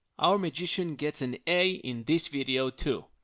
our magician gets an a in this video too.